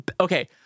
Okay